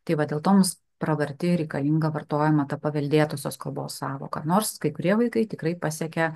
tai va dėl to mums pravarti ir reikalinga vartojama ta paveldėtosios kalbos sąvoka nors kai kurie vaikai tikrai pasiekia